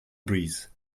breeze